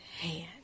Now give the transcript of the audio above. hand